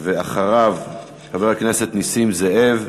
אחריו, חבר הכנסת נסים זאב,